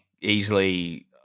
easily